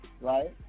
right